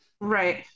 Right